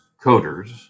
coders